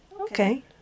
Okay